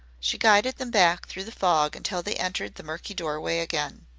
she guided them back through the fog until they entered the murky doorway again.